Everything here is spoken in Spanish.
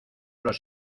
los